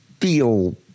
feel